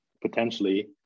potentially